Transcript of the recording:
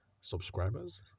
Subscribers